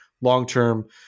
long-term